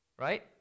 right